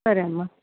సరే అమ్మ